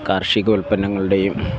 കാർഷിക ഉൽപ്പനങ്ങളുടെയും